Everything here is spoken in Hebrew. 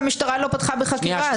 והמשטרה לא פתחה בחקירה.